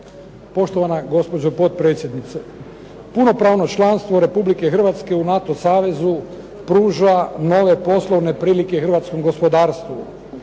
Poštovana gospođo potpredsjednice, punopravno članstvo Republike Hrvatske u NATO savezu pruža nove poslovne prilike hrvatskom gospodarstvu.